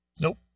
Nope